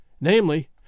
namely